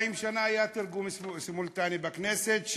לפני 40 שנה היה תרגום סימולטני בכנסת,